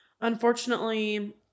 unfortunately